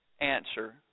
answer